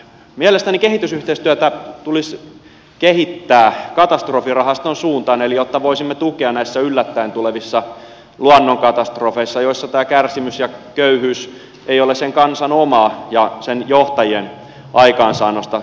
mielestäni kehitysyhteistyötä tulisi kehittää katastrofirahaston suuntaan jotta voisimme tukea näissä yllättäen tulevissa luonnonkatastrofeissa joissa tämä kärsimys ja köyhyys ei ole sen kansan ja sen johtajien omaa aikaansaannosta